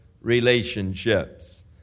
relationships